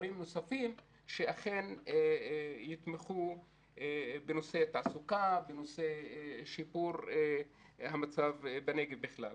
דברים נוספים שיתמכו בתעסוקה ובשיפור המצב בנגב בכלל.